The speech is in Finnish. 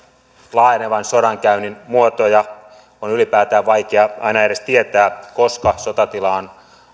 laajenevan sodankäynnin muotoja on ylipäätään vaikea aina edes tietää koska sotatila on